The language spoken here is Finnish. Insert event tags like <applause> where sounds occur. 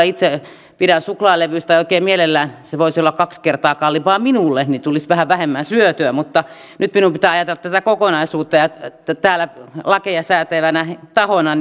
<unintelligible> itse pidän suklaalevyistä ja oikein mielellään ne voisivat olla kaksi kertaa kalliimpia minulle niin tulisi vähän vähemmän syötyä mutta nyt minun pitää ajatella tätä kokonaisuutta täällä lakeja säätävänä tahona <unintelligible>